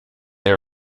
they